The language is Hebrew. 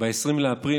ב-20 באפריל,